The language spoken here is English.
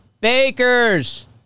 bakers